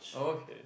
okay